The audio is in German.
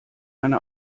eine